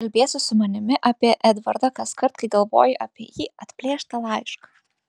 kalbiesi su manimi apie edvardą kaskart kai galvoji apie jį atplėšk tą laišką